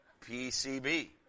PCB